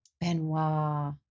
Benoit